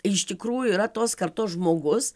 iš tikrųjų yra tos kartos žmogus